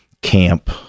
camp